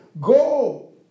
Go